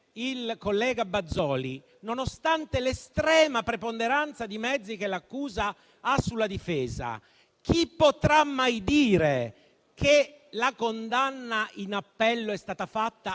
il collega Bazoli - l'estrema preponderanza di mezzi che l'accusa ha sulla difesa, chi potrà mai dire che la condanna in appello sia stata